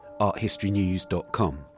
arthistorynews.com